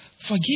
forgive